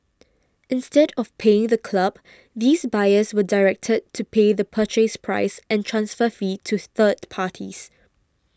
instead of paying the club these buyers were directed to pay the Purchase Price and transfer fee to third parties